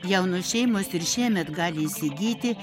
jaunos šeimas ir šiemet gali įsigyti